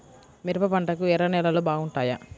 మిరప పంటకు ఎర్ర నేలలు బాగుంటాయా?